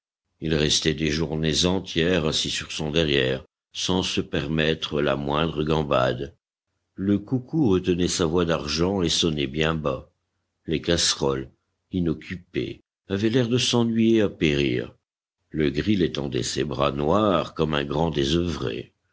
il restait des journées entières assis sur son derrière sans se permettre la moindre gambade le coucou retenait sa voix d'argent et sonnait bien bas les casseroles inoccupées avaient l'air de s'ennuyer à périr le gril étendait ses bras noirs comme un grand désœuvré